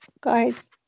guys